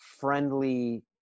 friendly